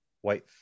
white